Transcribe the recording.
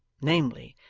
namely,